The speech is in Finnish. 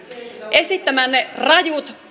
esittämänne rajut